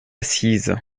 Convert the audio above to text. assise